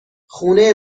خونه